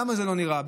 למה זה לא נראה?